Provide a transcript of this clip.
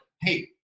hey